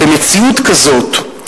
במציאות כזאת,